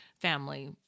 family